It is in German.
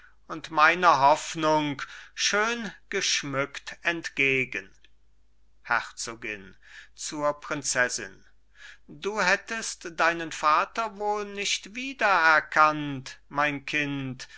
und meiner hoffnung schön geschmückt entgegen herzogin zur prinzessin du hättest deinen vater wohl nicht wieder erkannt mein kind